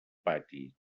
pati